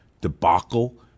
debacle